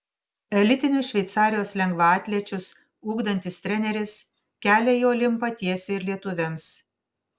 elitinius šveicarijos lengvaatlečius ugdantis treneris kelią į olimpą tiesia ir lietuvėms